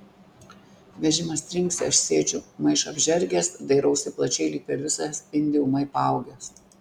vežimas trinksi aš sėdžiu maišą apžergęs dairausi plačiai lyg per visą sprindį ūmai paaugęs